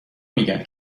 میگن